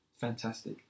fantastic